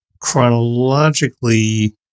chronologically